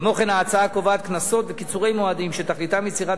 כמו כן ההצעה קובעת קנסות וקיצורי מועדים שתכליתם יצירת